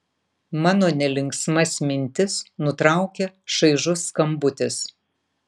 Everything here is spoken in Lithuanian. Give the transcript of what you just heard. mano nelinksmas mintis nutraukia šaižus skambutis